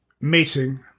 meeting